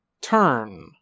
turn